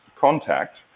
contact